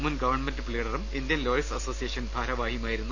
മുൻ ഗവൺമെന്റ് പ്ലീഡറും Indian lawyers association ഭാരവാഹിയുമായിരുന്നു